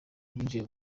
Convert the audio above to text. yinjiye